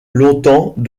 longtemps